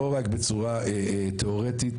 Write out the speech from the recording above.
לא רק בצורה תיאורטית,